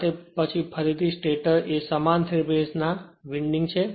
સાથે પછીથી સ્ટેટર પર સમાન 3 ફેજ ની વિન્ડિંગ છે